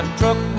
truck